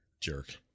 jerk